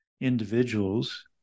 individuals